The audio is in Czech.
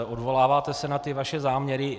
Odvoláváte se na vaše záměry.